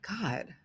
God